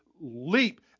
leap